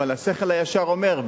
אבל השכל הישר אומר,